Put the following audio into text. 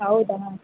ಹೌದಾ